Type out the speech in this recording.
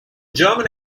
german